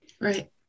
Right